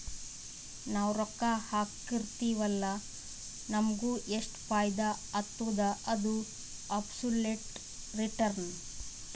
ನಾವ್ ರೊಕ್ಕಾ ಹಾಕಿರ್ತಿವ್ ಅಲ್ಲ ನಮುಗ್ ಎಷ್ಟ ಫೈದಾ ಆತ್ತುದ ಅದು ಅಬ್ಸೊಲುಟ್ ರಿಟರ್ನ್